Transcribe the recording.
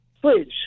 please